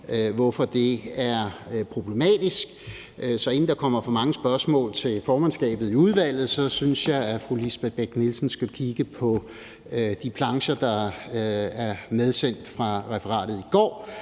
hvorfor det er problematisk. Så inden der kommer for mange spørgsmål til formandskabet i udvalget, synes jeg, fru Lisbeth Bech-Nielsen skulle kigge på de plancher, der er medsendt fra referatet i går.